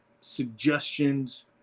suggestions